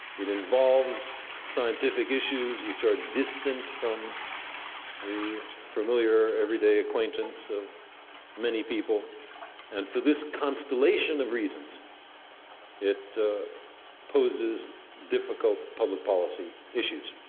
it involves scientific issues which are distanced from the familiar everyday acquaintance of many people and for this constellation of reasons it poses difficult public policy issues.